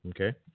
Okay